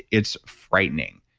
it's frightening.